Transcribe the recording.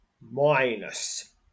Minus